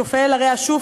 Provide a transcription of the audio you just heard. צופה אל הרי השוף,